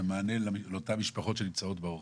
ומענה לאותן משפחות שנמצאות ברחוב.